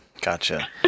Gotcha